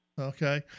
Okay